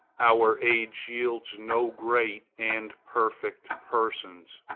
our age yields no great and perfect persons.